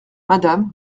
madame